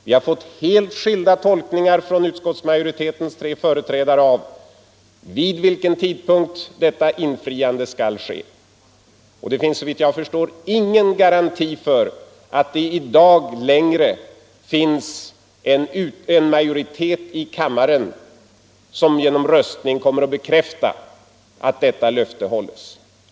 Vi har av utskottsmajoritetens företrädare hört tre skilda tolkningar av vid vilken tidpunkt detta löfte skall infrias. Det finns såvitt jag förstår ingen garanti för att det längre finns en majoritet i kammaren som genom röstning kommer att se till att detta löfte hålls.